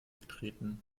betreten